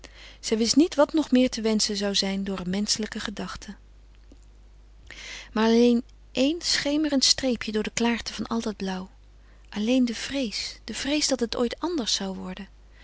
zij wist niet wat nog meer te wenschen zou zijn door een menschelijke gedachte maar alleen éen schemerend streepje door de klaarte van al dat blauw alleen de vrees de vrees dat het ooit anders zou worden